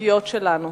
החגיגיות שלנו,